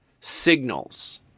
signals